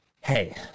hey